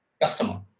customer